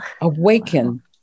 Awaken